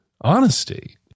honesty